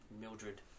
Mildred